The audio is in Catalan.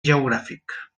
geogràfic